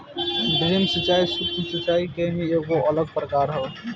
drip सिंचाई, सूक्ष्म सिचाई के ही एगो अलग प्रकार ह